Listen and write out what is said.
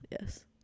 yes